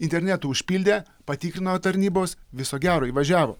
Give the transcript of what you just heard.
internetu užpildę patikrino tarnybos viso gero įvažiavo